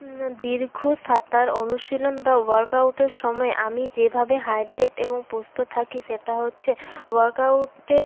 না দীর্ঘ সাঁতার অনুশীলন বা ওয়ার্কআউটের সময় আমি যেভাবে হাইড্রেট এবং প্রস্তুত থাকি সেটা হচ্ছে ওয়ার্কআউটের